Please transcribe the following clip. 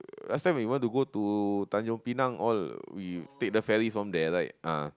last time when you want to go to tanjung pinang all you take the ferry from there right ah